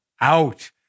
out